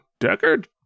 Deckard